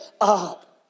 up